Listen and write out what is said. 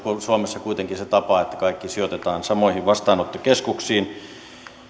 suomessa kuitenkin se tapa että kaikki sijoitetaan samoihin vastaanottokeskuksiin